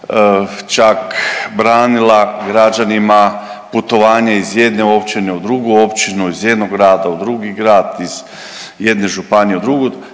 čak branila građanima putovanje iz jedne općine u drugu općinu, iz jednog grada u drugi grad, iz jedne županije u drugu.